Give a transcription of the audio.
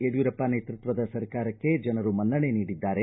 ಯಡಿಯೂರಪ್ಪ ನೇತೃತ್ವದ ಸರ್ಕಾರಕ್ಕೆ ಜನರು ಮನ್ನಣೆ ನೀಡಿದ್ದಾರೆ